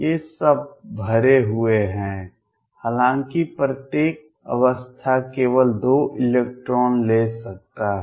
ये सब भरे हुए हैं हालांकि प्रत्येक अवस्था केवल 2 इलेक्ट्रॉन ले सकता है